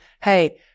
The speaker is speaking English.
Hey